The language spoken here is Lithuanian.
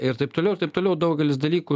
ir taip toliau ir taip toliau daugelis dalykų